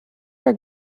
for